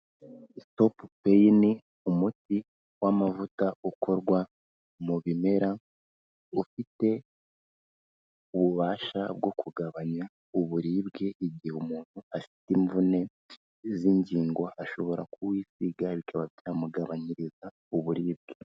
Stopain umuti w'amavuta ukorwa mu bimera, ufite ububasha bwo kugabanya uburibwe igihe umuntu afite imvune z'ingingo, ashobora kuwisiga bikaba byamugabanyiriza uburibwe.